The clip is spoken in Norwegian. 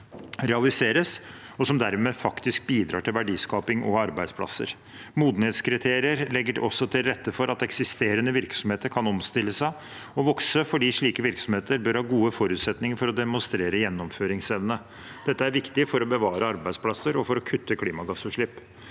realiseres, og som dermed faktisk bidrar til verdiskaping og arbeidsplasser. Modenhetskriterier legger også til rette for at eksisterende virksomheter kan omstille seg og vokse, fordi slike virksomheter bør ha gode forutsetninger for å demonstrere gjennomføringsevne. Dette er viktig for å bevare arbeidsplasser og kutte klimagassutslipp.